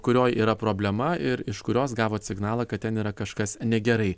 kurioj yra problema ir iš kurios gavot signalą kad ten yra kažkas negerai